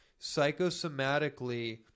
Psychosomatically